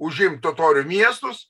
užimt totorių miestus